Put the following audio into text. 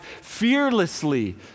fearlessly